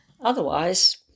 Otherwise